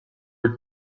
were